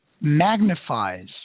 magnifies